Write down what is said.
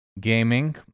Gaming